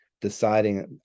deciding